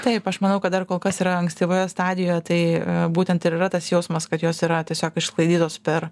taip aš manau kad dar kol kas yra ankstyvoje stadijo tai būtent ir yra tas jausmas kad jos yra tiesiog išsklaidytos per